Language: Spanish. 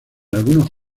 algunos